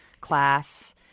class